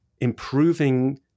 improving